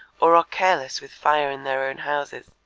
or are careless with fire in their own houses